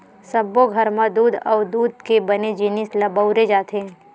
सब्बो घर म दूद अउ दूद के बने जिनिस ल बउरे जाथे